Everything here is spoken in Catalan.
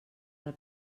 del